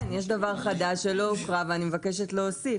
כן, יש דבר חדש שלא הוקרא ואני מבקשת להוסיף.